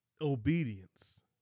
Obedience